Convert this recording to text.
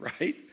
right